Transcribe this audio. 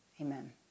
Amen